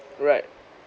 right